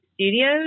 studios